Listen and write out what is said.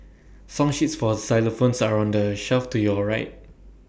song sheets for xylophones are on the shelf to your right